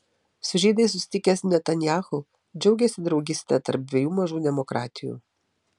su žydais susitikęs netanyahu džiaugėsi draugyste tarp dviejų mažų demokratijų